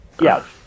Yes